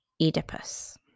Oedipus